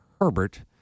Herbert